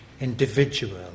individual